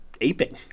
aping